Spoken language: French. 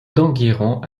d’enguerrand